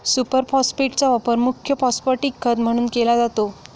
super फॉस्फेटचा वापर मुख्य फॉस्फॅटिक खत म्हणून केला जातो